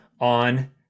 on